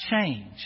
change